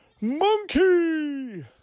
Monkey